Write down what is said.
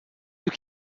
you